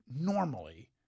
normally